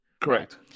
Correct